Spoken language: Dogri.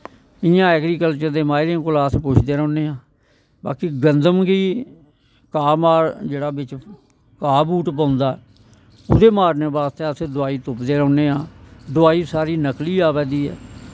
इयां ऐग्रीकल्चर दे माहिरें कोला अस पुछदे रौह्ने आं बाकी गंदम गी घा मार बिच्च घा बूट पौंदा ऐ उदे मारने बास्तै अस दवाई तुप्पदे रौह्न्ने आं दवाई सारी नकली अवा दी ऐ